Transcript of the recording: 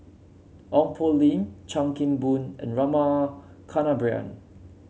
Ong Poh Lim Chan Kim Boon and Rama Kannabiran